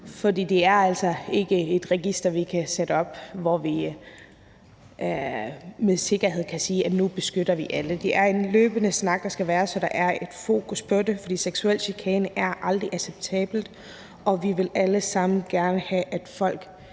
For det er altså ikke et register, vi kan sætte op, hvor vi med sikkerhed kan sige, at nu beskytter vi alle. Det er en løbende snak, der skal være, så der er et fokus på det. For seksuel chikane er aldrig acceptabelt, og vi vil alle sammen gerne have, at folk